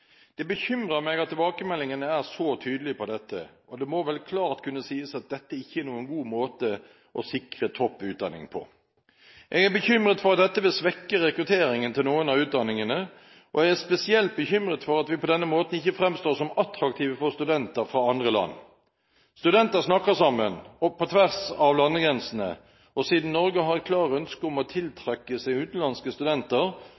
Det bekymrer meg at tilbakemeldingene er så tydelige på dette, og det må vel klart kunne sies at dette ikke er noen god måte å sikre topp utdanning på. Jeg er bekymret for at dette vil svekke rekrutteringen til noen av utdanningene, og jeg er spesielt bekymret for at vi på denne måten ikke fremstår som attraktive for studenter fra andre land. Studenter snakker sammen, på tvers av landegrensene, og siden Norge har et klart ønske om å tiltrekke seg utenlandske studenter,